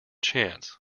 chance